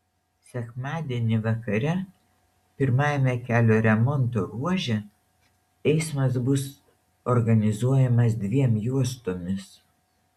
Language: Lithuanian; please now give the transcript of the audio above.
sekmadienį vakare pirmajame kelio remonto ruože eismas bus organizuojamas dviem juostomis